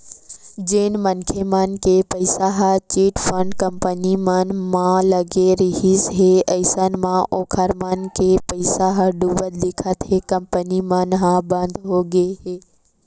जेन मनखे मन के पइसा ह चिटफंड कंपनी मन म लगे रिहिस हे अइसन म ओखर मन के पइसा ह डुबत दिखत हे कंपनी मन ह बंद होगे हे